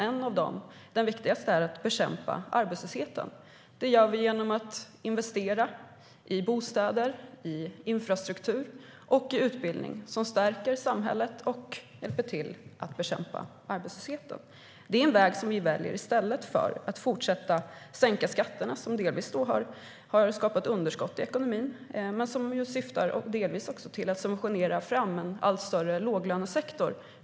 En av dem, den viktigaste, är att bekämpa arbetslösheten. Det gör vi genom att investera i bostäder, i infrastruktur och i utbildning som stärker samhället och hjälper till att bekämpa arbetslösheten. Det är en väg som vi väljer i stället för att fortsätta sänka skatterna, vilket delvis har skapat underskott i ekonomin och delvis syftar till att subventionera fram en allt större låglönesektor.